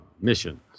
missions